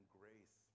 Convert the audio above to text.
grace